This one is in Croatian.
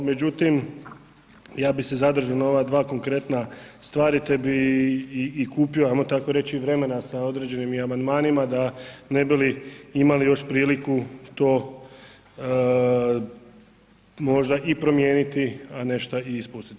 Međutim, ja bih se zadržao na ove dvije konkretne stvari te bi i kupio hajmo tako reći i vremena sa određenim i amandmanima da ne bi li imali još priliku to možda i promijeniti, a nešto i ispustiti.